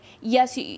yes